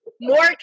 more